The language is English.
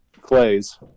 clays